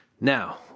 Now